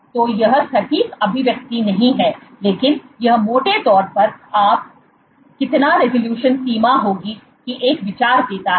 तो यह सटीक अभिव्यक्ति नहीं है लेकिन यह मोटे तौर पर आप कितनारेजोल्यूशन सीमा होगी की एक विचार देता है